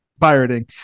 pirating